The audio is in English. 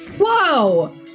Whoa